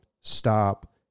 stop